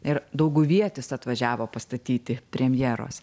ir dauguvietis atvažiavo pastatyti premjeros